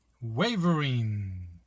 wavering